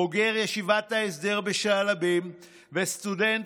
בוגר ישיבת ההסדר בשעלבים וסטודנט